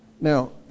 Now